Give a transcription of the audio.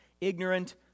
ignorant